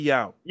out